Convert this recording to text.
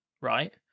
right